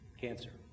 cancer